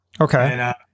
Okay